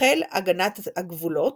בחיל הגנת הגבולות,